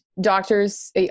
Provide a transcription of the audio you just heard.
doctors